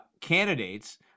candidates